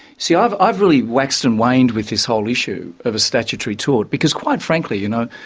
see, ah i've i've really waxed and waned with this whole issue of a statutory tort, because quite frankly, you know,